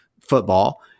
football